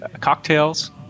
cocktails